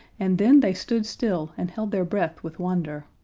and then they stood still and held their breath with wonder.